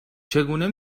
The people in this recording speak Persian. چگونه